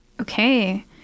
Okay